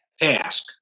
task